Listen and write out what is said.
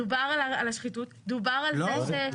דובר על השחיתות, דובר על זה ש-.